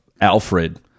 Alfred